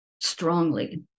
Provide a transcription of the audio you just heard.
strongly